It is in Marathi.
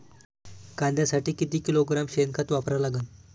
कांद्यासाठी किती किलोग्रॅम शेनखत वापरा लागन?